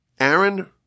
Aaron